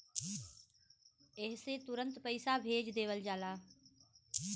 एह से तुरन्ते पइसा भेज देवल जाला